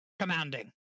commanding